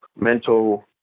mental